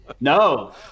No